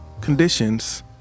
conditions